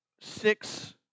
six